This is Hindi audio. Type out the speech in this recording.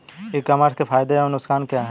ई कॉमर्स के फायदे एवं नुकसान क्या हैं?